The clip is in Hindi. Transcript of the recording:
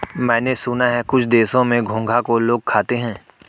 मैंने सुना है कुछ देशों में घोंघा को लोग खाते हैं